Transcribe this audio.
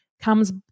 comes